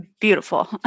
Beautiful